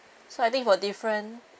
so I think for different